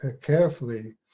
carefully